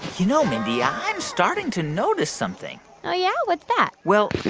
you know, mindy, i'm starting to notice something oh, yeah? what's that? well,